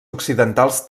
occidentals